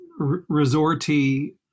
resorty